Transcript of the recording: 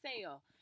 sale